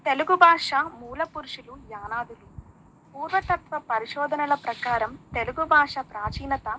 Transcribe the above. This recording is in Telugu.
తెలుగు భాష మూల పురుషులు యానాదిలు పూర్వతత్వ పరిశోధనల ప్రకారం తెలుగు భాష ప్రాచీనత